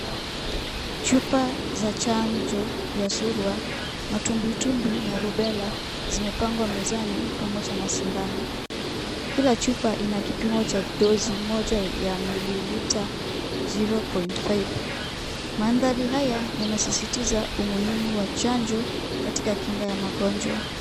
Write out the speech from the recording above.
Chupa za chanjo ya surwa, matumbwitumbwi na rubella zimepangwa mezani pamoja na sindano. Kila chupa inakipimo cha dozi moja ya mililita zero point five . Mandhari haya yanasisitiza umuhimu wa chanjo katika kinga ya magonjwa.